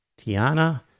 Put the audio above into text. Tiana